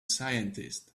scientist